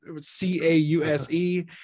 c-a-u-s-e